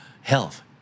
health